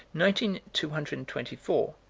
nineteen two hundred and twenty four,